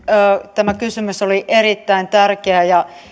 tämä kysymys oli erittäin tärkeä ja